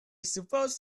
supposed